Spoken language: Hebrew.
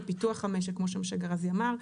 לפיתוח המשק כמו שמשה גראזי אמר,